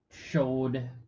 showed